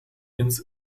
ins